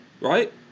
right